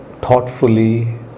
thoughtfully